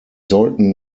sollten